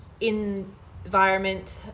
environment